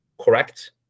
correct